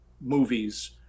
movies